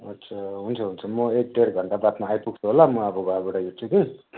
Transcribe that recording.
अच्छा हुन्छ हुन्छ म एक डेढ घन्टाबादमा आइपुग्छु होला म अब घरबाट हिँड्छु कि